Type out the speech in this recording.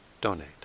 donate